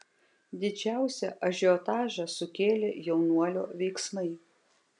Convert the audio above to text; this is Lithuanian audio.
didžiausią ažiotažą sukėlė jaunuolio veiksmai